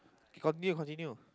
continue continue